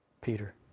Peter